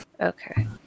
Okay